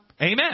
Amen